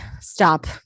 stop